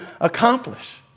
accomplish